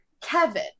kevin